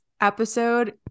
episode